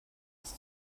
ist